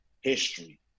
history